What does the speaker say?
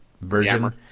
version